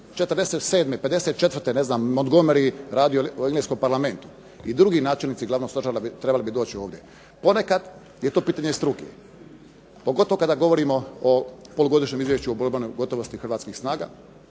ne znam Montgomery radio u engleskom Parlamentu. I drugi načelnici glavnog stožera trebali bi doći ovdje. Ponekad je to pitanje struke. Pogotovo kada govorimo o polugodišnjem izvješću o borbenoj gotovosti hrvatskih snaga.